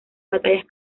batallas